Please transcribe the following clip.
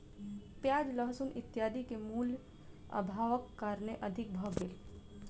प्याज लहसुन इत्यादि के मूल्य, अभावक कारणेँ अधिक भ गेल